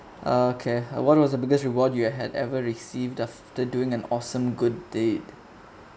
uh okay what was the biggest reward you had ever received after doing an awesome good deed